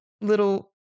little